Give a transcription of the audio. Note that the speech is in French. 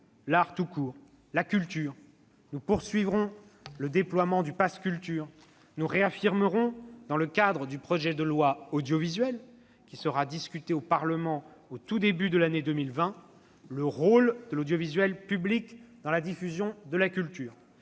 l'art tout court, la culture. Nous poursuivrons le déploiement du pass culture. Nous réaffirmerons, dans le cadre du projet de loi audiovisuel, qui sera discuté au Parlement au tout début 2020, le rôle de l'audiovisuel public dans la diffusion de la culture.